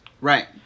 Right